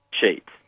cheats